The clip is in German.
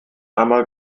einmal